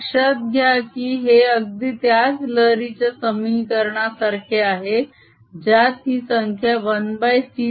लक्षात घ्या की हे अगदी त्याच लहरीच्या समीकरणासारखे आहे ज्यात ही संख्या 1c2